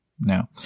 Now